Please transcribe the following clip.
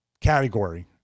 category